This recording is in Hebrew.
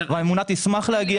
והממונה תשמח להגיע.